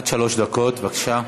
בבקשה.